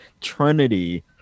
Trinity